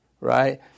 right